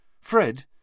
Fred